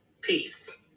peace